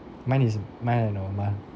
mine is mine and